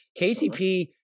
KCP